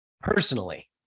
personally